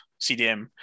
CDM